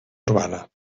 urbana